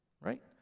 Right